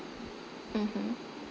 mmhmm